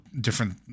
different